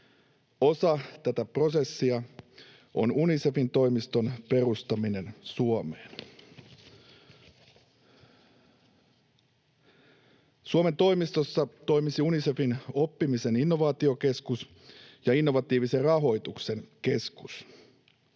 Osa tätä prosessia on Unicefin toimiston perustaminen Suomeen. Suomen toimistossa toimisi Unicefin oppimisen innovaatiokeskus ja innovatiivisen rahoituksen keskus.